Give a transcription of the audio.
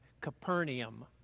Capernaum